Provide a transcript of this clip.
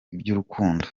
iby’urukundo